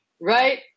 Right